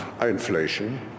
inflation